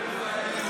בושה, בושה.